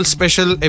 Special